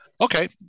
Okay